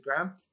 Instagram